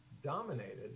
dominated